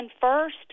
first